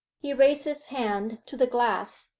he raised his hand to the glass,